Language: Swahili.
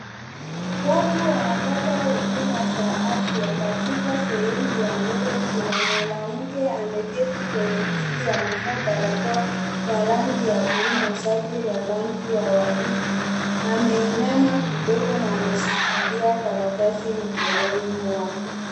Watu wanapata huduma za afya. Katika sehemu ya mbele kuna mwanamke ameketi kwenye kiti amevaa barakoa ya rangi ya buluu na shati la rangi ya waridi, ameinama kidogo na anashikilia karatasi mkononi mwake.